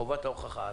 חובת ההוכחה עליו.